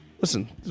listen